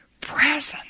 present